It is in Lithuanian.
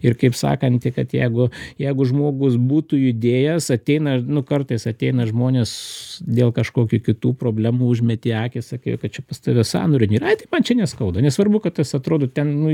ir kaip sakanti kad jeigu jeigu žmogus būtų judėjęs ateina nu kartais ateina žmonės dėl kažkokių kitų problemų užmeti akį sakai o kad čia pas tave sąnario nėra ai tai man čia neskauda nesvarbu kad tas atrodo ten nu